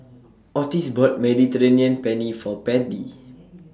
Ottis bought Mediterranean Penne For Matie